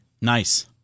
Nice